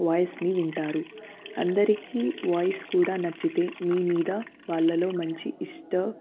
వాయిస్ని వింటారు అందరికీ వాయిస్ కూడా నచ్చితే మీ మీద వాళ్ళలో మంచి ఇష్టం